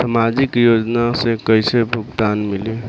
सामाजिक योजना से कइसे भुगतान मिली?